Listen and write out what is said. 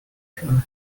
her